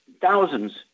thousands